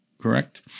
correct